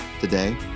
today